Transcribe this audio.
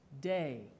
day